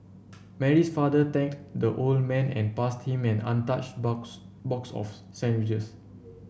Mary's father thanked the old man and passed him an untouched box box of sandwiches